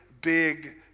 big